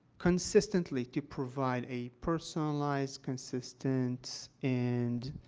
consistently, to provide a personalized, consistent, and,